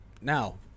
Now